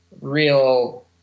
real